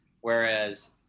whereas